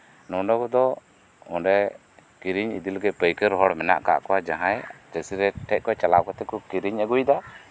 ᱱᱚᱣᱟ ᱠᱚᱫᱚ ᱚᱸᱰᱮ ᱠᱤᱨᱤᱧ ᱤᱫᱤ ᱞᱟᱹᱜᱤᱫ ᱯᱟᱹᱭᱠᱟᱹᱨ ᱦᱚᱲ ᱢᱮᱱᱟᱜ ᱠᱚᱣᱟ ᱡᱟᱦᱟᱸᱭ ᱪᱟᱹᱥᱤ ᱴᱷᱮᱡ ᱠᱚ ᱪᱟᱞᱟᱣ ᱤᱫᱤ ᱠᱟᱛᱮᱜ ᱠᱚ ᱠᱤᱨᱤᱧ ᱤᱫᱤᱭᱮᱫᱟ